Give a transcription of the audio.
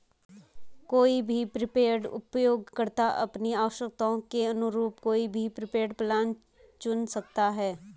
कोई भी प्रीपेड उपयोगकर्ता अपनी आवश्यकताओं के अनुरूप कोई भी प्रीपेड प्लान चुन सकता है